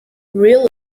real